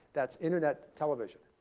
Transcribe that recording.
that's internet television,